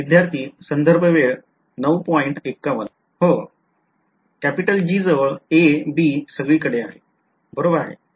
विध्यार्थी हो G जवळ a b सगळीकडे आहे बरोबर आहे